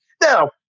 Now